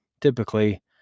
typically